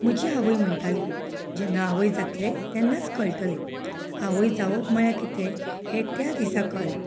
म्हजी आवय म्हणटाली जेन्ना आवय जातलें तेन्नाच कळटलें आवय जावप म्हणल्यार कितें हें त्या दिसा कळ्ळें